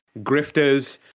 grifters